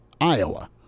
Iowa